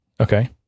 Okay